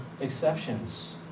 exceptions